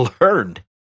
learned